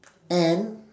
and